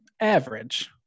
average